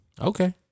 Okay